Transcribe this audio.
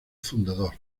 fundador